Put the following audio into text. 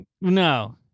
No